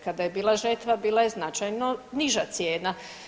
Kada je bila žetva bila je značajno niža cijena.